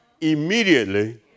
immediately